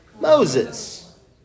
Moses